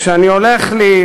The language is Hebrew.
כשהולך לי,